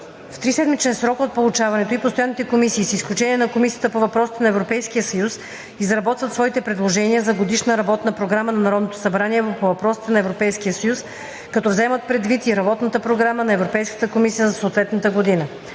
В триседмичен срок от получаването ѝ постоянните комисии, с изключение на Комисията по въпросите на Европейския съюз, изработват своите предложения за Годишна работна програма на Народното събрание по въпросите на Европейския съюз, като вземат предвид и Работната програма на Европейската комисия